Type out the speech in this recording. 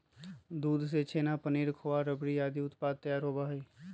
दूध से छेना, पनीर, खोआ, रबड़ी आदि उत्पाद तैयार होबा हई